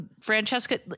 Francesca